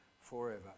forever